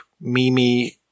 Mimi